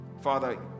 Father